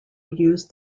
used